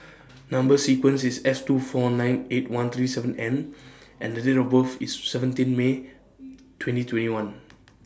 Number sequence IS S two four nine eight one three seven N and Date of birth IS seventeen May twenty twenty one